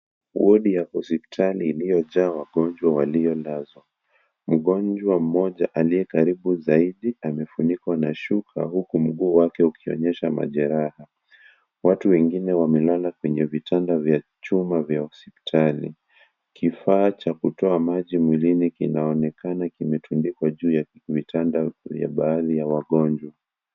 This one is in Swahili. Wodi ya hospitali iliyojaa wagonjwa waliolazwa. Mgonjwa mmoja aliye karibu zaidi, amefunikwa na shuka huku mguu wake ukionyesha majeraha. Watu wengine wamelala kwenye vitanda vya chuma vya hospitali. Kifaa cha kutoa maji mwilini kinaonekana kimetundikwa juu ya vitanda vya baadhi ya wagonjwa.